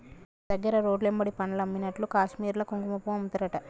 మన దగ్గర రోడ్లెమ్బడి పండ్లు అమ్మినట్లు కాశ్మీర్ల కుంకుమపువ్వు అమ్ముతారట